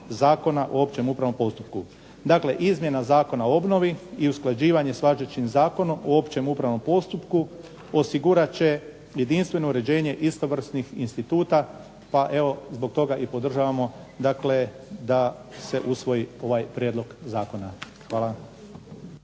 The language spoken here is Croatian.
Zakona o opće upravnom postupku. Dakle, izmjena Zakona o obnovi i usklađivanje sa važećim Zakonom o opće upravnom postupku osigurat će jedinstveno uređenje istovrsnih instituta, pa evo i zbog toga podržavamo dakle da se usvoji ovaj prijedlog zakona. Hvala.